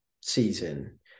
season